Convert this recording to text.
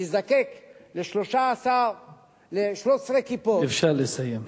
תזדקק ל-13 "כיפות" אפשר לסיים.